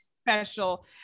special